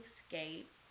Escape